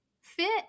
fit